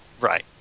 Right